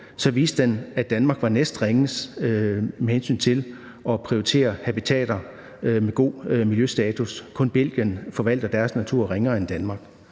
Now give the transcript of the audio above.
så viser den, at Danmark er næstringest med hensyn til at prioritere habitater med god miljøstatus, kun Belgien forvalter deres natur ringere end Danmark.